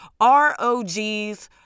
ROGs